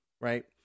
right